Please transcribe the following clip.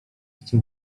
chce